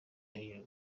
iyo